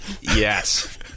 Yes